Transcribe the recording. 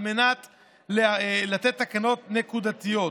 על מנת לתת תקנות נקודתיות.